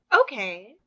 Okay